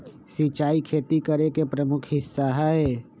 सिंचाई खेती करे के प्रमुख हिस्सा हई